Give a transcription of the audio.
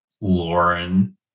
Lauren